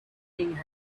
king